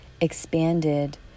expanded